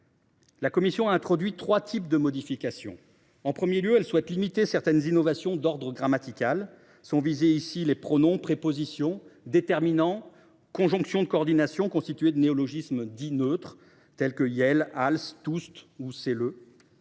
La commission a introduit trois types de modifications. Premièrement, elle souhaite limiter certaines innovations d’ordre grammatical : sont visés les pronoms, prépositions, déterminants ou conjonctions de coordination constitués de néologismes dits neutres, tels que « iel »,« als